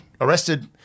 Arrested